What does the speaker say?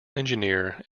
engineer